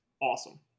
awesome